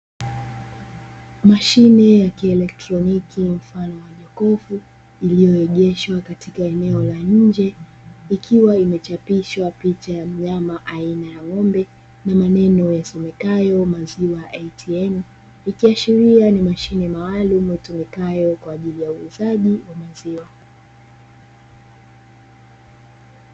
Mashine ya kielektroniki mfano wa jokofu, iliyoegeshwa katika eneo la nje, ikiwa imechapishwa picha ya mnyama aina ya ng'ombe na maneno yasomekayo "Maziwa ATM". Ikiashiria ni mashine maalumu itumikayo kwa ajili ya uuzaji wa maziwa.